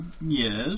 Yes